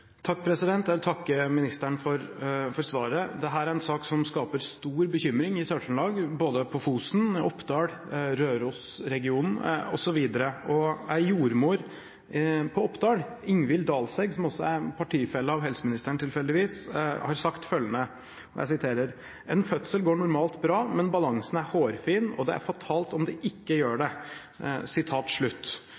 Jeg vil takke ministeren for svaret. Dette er en sak som skaper stor bekymring i Sør-Trøndelag, både på Fosen, på Oppdal, i Røros-regionen, osv. En jordmor på Oppdal, Ingvill Dalseg, som også er partifelle av helseministeren, tilfeldigvis, har sagt følgende: «En fødsel går normalt bra, men balansen er hårfin, og det er fatalt om det ikke gjør